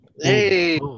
Hey